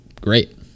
great